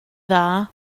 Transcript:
dda